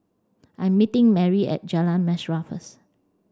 I'm meeting Marry at Jalan Mesra first